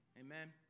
Amen